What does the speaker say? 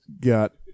got